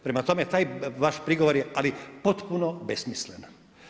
Prema tome, taj vaš prigovor, ali potpuno besmislen.